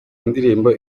indirimbo